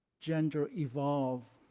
gender evolve?